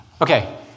Okay